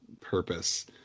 purpose